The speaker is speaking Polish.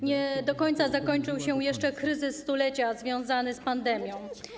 Nie do końca zakończył się jeszcze kryzys stulecia związany z pandemią.